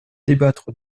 débattre